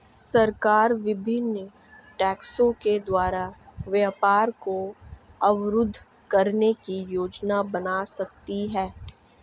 सरकार विभिन्न टैक्सों के द्वारा व्यापार को अवरुद्ध करने की योजना बना सकती है